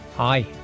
Hi